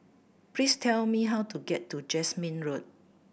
please tell me how to get to Jasmine Road